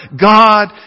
God